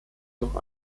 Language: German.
noch